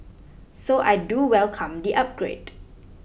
so I do welcome the upgrade